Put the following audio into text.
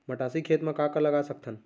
मटासी खेत म का का लगा सकथन?